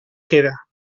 queda